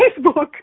Facebook